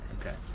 Okay